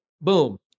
boom